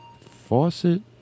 Faucet